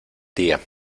día